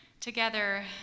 together